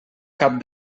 cap